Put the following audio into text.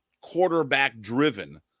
quarterback-driven